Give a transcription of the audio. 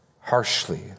harshly